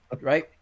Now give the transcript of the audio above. right